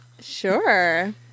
Sure